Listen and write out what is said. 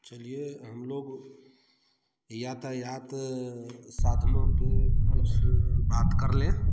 चलिए हम लोग यातायात साधनों पर कुछ बात कर लें